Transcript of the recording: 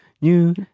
new